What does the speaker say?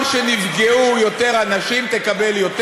ככל שנפגעו יותר אנשים, תקבל יותר.